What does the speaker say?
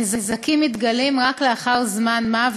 הנזקים מתגלים רק לאחר זמן מה,